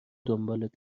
دنبالت